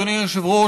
אדוני היושב-ראש,